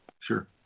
sure